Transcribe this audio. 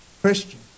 Christian